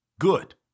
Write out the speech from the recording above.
Good